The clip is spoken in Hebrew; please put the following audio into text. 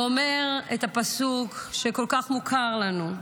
ואומר את הפסוק שכל כך מוכר לנו: